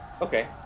okay